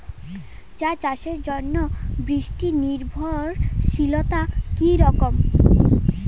চা চাষের জন্য বৃষ্টি নির্ভরশীলতা কী রকম?